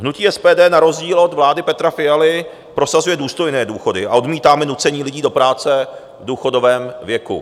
Hnutí SPD na rozdíl od vlády Petra Fialy prosazuje důstojné důchody a odmítáme nucení lidí do práce v důchodovém věku.